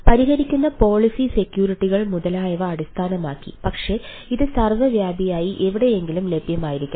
അതിനാൽ പരിഗണിക്കുന്ന പോളിസി സെക്യൂരിറ്റികൾ മുതലായവ അടിസ്ഥാനമാക്കി പക്ഷേ അത് സർവ്വവ്യാപിയായി എവിടെയെങ്കിലും ലഭ്യമായിരിക്കണം